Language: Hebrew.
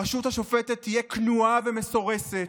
הרשות השופטת תהיה כנועה ומסורסת,